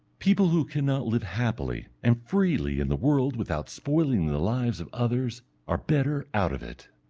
people who cannot live happily and freely in the world without spoiling the lives of others are better out of it.